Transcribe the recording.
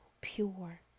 pure